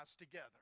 together